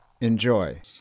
Enjoy